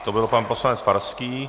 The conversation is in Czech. To byl pan poslanec Farský.